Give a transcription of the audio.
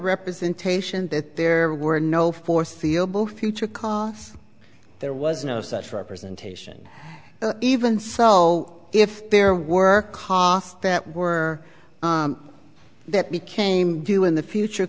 representation that there were no foreseeable future cos there was no such representation even so if there were cost that were that became due in the future